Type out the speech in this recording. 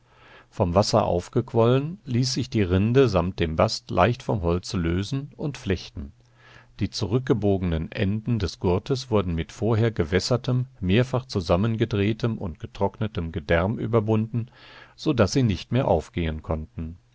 vom wasser aufgequollen ließ sich die rinde samt dem bast leicht vom holze lösen und flechten die zurückgebogenen enden des gurtes wurden mit vorher gewässertem mehrfach zusammengedrehtem und getrocknetem gedärm überbunden so daß sie nicht mehr aufgehen konnten